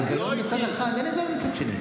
ההיגיון הוא בצד אחד, אין היגיון בצד השני.